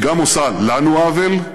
היא עושה לנו עוול,